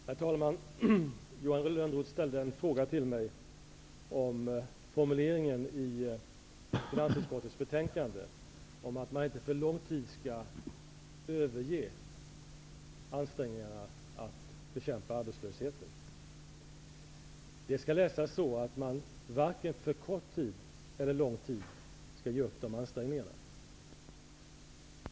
Herr talman! Johan Lönnroth ställde en fråga till mig om formuleringen i finansutskottets betänkande ''att den ekonomiska politiken inte får ges en sådan inriktning att vi under lång tid framöver överger ansträngningarna att bekämpa arbetslösheten.'' Det skall läsas så att man varken för kort tid eller lång tid skall ge upp de ansträngningarna.